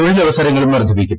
തൊഴിലവസരങ്ങളും വർദ്ധിപ്പിക്കും